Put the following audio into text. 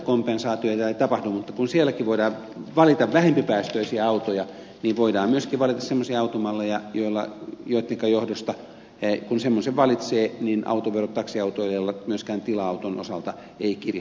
mutta kun sielläkin voidaan valita vähempipäästöisiä autoja niin voidaan myöskin valita semmoisia automalleja joittenka johdosta kun semmoisen valitsee autoverot taksiautoilijalla myöskään tila auton osalta eivät kiristy